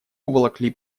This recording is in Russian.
уволокли